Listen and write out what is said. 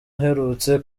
uherutse